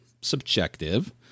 subjective